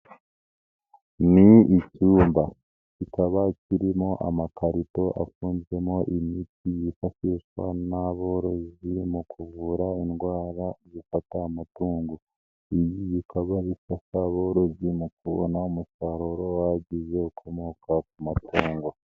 Ni icyumba kikaba kirimo amakarito afunzemo imiti yifashishwa n'aborozi mu kuvura indwara zifata amatungo, ibi bikaba bifasha aborozi mu kubona umusaruro uhagije ukomoka ku matungo.